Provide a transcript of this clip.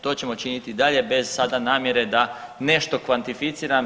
To ćemo činiti i dalje bez sada namjere da nešto kvantificiram.